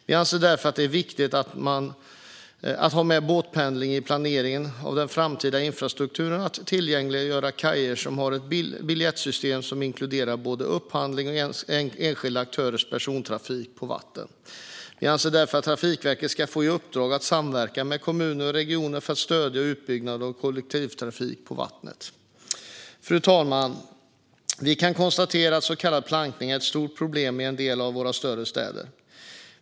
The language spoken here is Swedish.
Vi anser därför att det är viktigt att ha med båtpendling i planeringen av den framtida infrastrukturen, att tillgängliggöra kajer samt att ha ett biljettsystem som inkluderar både upphandlad och enskilda aktörers persontrafik på vatten. Vi anser därför att Trafikverket ska få i uppdrag att samverka med kommuner och regioner för att stödja utbyggnaden av kollektivtrafik på vatten. Fru talman! Vi kan konstatera att så kallad plankning är ett stort problem i en del av våra större städer.